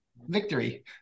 victory